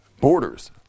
borders